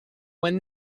when